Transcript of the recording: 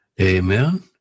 Amen